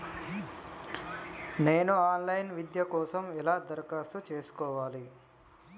నేను online విద్య కోసం ఎలా దరఖాస్తు చేసుకోవాలి?